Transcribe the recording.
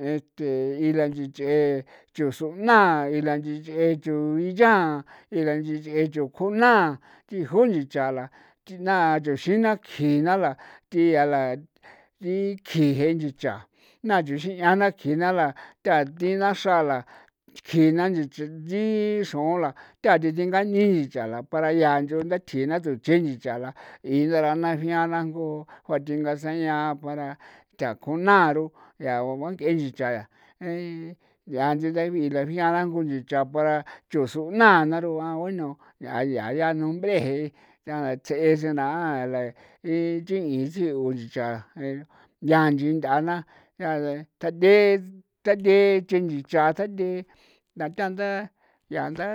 Este ila nchich'e chu suna ila nchich'e chu iya ila nchich'e chu kjuna kiju nchi cha la kina nchexi na kjina la thia la ti kji jenchi cha na chunxi 'ian na kjina la ta ti naa xrala kjina nchi che nchi xron la ta de dengani sicha la para yaa chu ndathjina chu che nchi cha la inda rana fiana ncjon jon thinga se'ña para takjona ro ya ba bang'e nchi cha ya ya ndeebi la fian kunchi cha ba para chu suuna naru ah bueno yaa yaa dee nombre je' ts'e sena a la ichin sigu ya nchin ntha nda tathe tathe chenchi cha ndatha nda ya nda